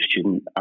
student